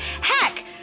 heck